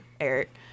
Eric